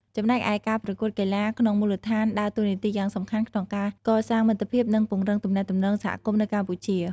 ចំណែកឯ ការប្រកួតកីឡាក្នុងមូលដ្ឋានដើរតួនាទីយ៉ាងសំខាន់ក្នុងការកសាងមិត្តភាព និងពង្រឹងទំនាក់ទំនងសហគមន៍នៅកម្ពុជា។